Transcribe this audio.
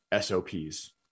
SOPs